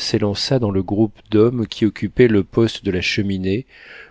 s'élança dans le groupe d'hommes qui occupait le poste de la cheminée